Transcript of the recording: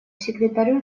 секретарю